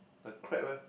a crab eh